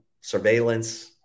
surveillance